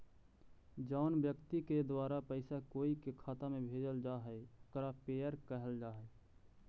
जउन व्यक्ति के द्वारा पैसा कोई के खाता में भेजल जा हइ ओकरा पेयर कहल जा हइ